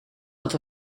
wat